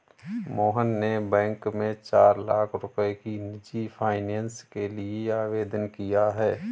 मोहन ने बैंक में चार लाख रुपए की निजी फ़ाइनेंस के लिए आवेदन किया है